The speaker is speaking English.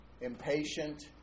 impatient